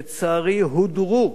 לצערי הודרו,